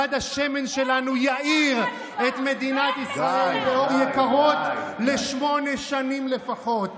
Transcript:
כד השמן שלנו יאיר את מדינת ישראל באור יקרות לשמונה שנים לפחות.